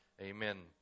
Amen